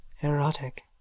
Erotic